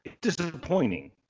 disappointing